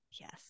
Yes